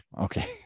Okay